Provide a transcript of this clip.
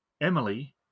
Emily